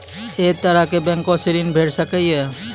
ऐ तरहक बैंकोसऽ ॠण भेट सकै ये?